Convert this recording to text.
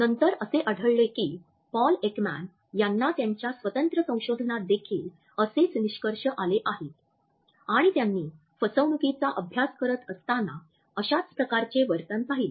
नंतर असे आढळले की पॉल एकमॅन यांना त्यांच्या स्वतंत्र संशोधनात देखील असेच निष्कर्ष आले आहेत आणि त्यांनी फसवणूकीचा अभ्यास करत असताना अशाच प्रकारचे वर्तन पाहिले